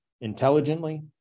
intelligently